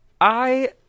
I-